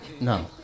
No